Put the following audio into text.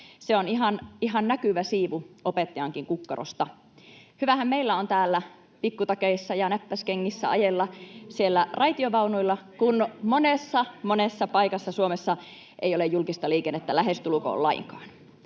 Se on ihan näkyvä siivu opettajankin kukkarosta. Hyvähän meidän on täällä pikkutakeissa ja näppäskengissä ajella raitiovaunuilla, kun monessa, monessa paikassa Suomessa ei ole julkista liikennettä lähestulkoon lainkaan.